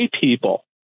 people